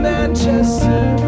Manchester